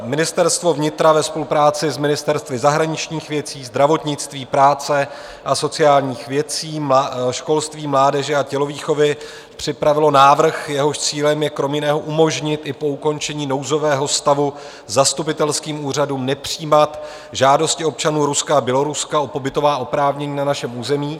Ministerstvo vnitra ve spolupráci s ministerstvy zahraničních věcí, zdravotnictví, práce a sociálních věcí, školství, mládeže a tělovýchovy připravilo návrh, jehož cílem je kromě jiného umožnit i po ukončení nouzového stavu zastupitelským úřadům nepřijímat žádosti občanů Ruska a Běloruska o pobytová oprávnění na našem území.